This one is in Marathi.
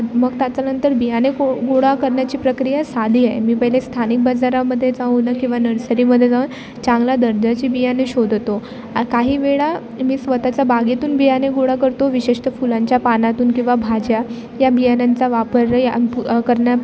मग त्याच्यानंतर बियाणे गो गोळा करण्याची प्रक्रिया साधी आहे मी पहिले स्थानिक बाजारामध्ये जाऊन किंवा नर्सरीमध्ये जाऊन चांगला दर्जाची बियाणे शोधतो काही वेळा मी स्वतःचा बागेतून बियाणे गोळा करतो विशेषतः फुलांच्या पानातून किंवा भाज्या या बियाणांचा वापर या करण्या